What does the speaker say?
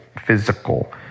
physical